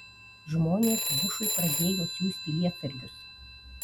žmonės bushui pradėjo siųsti lietsargius